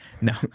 No